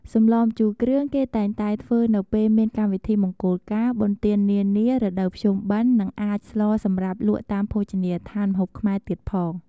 សម្លម្ជូរគ្រឿងគេតែងតែធ្វើនៅពេលមានកម្មវិធីមង្គលការ បុណ្យទាននានា រដូវភ្ជុំបិណ្ឌ និងអាចស្លសម្រាប់លក់តាមភោជនីយដ្ឋានម្ហូបខ្មែរទៀតផង។